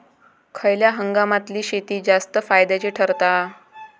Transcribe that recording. खयल्या हंगामातली शेती जास्त फायद्याची ठरता?